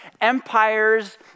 empires